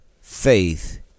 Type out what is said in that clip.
faith